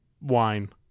wine